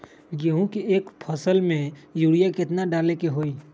गेंहू के एक फसल में यूरिया केतना डाले के होई?